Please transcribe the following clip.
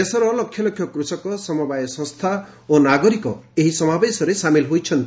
ଦେଶର ଲକ୍ଷ ଲକ୍ଷ କୃଷକ ସମବାୟ ସଂସ୍ଥା ଓ ନାଗରିକ ଏହି ସମାବେଶରେ ସାମିଲ ହୋଇଛନ୍ତି